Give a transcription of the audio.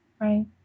right